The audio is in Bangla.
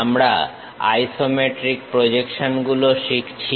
আমরা আইসোমেট্রিক প্রজেকশন গুলো শিখছি